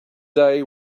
day